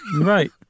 Right